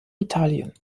italien